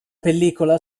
pellicola